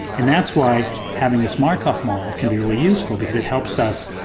and that's why having this markov model can be really useful, because it helps us,